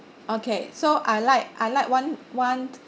okay so I like I like one one